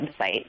website